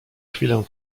chwilę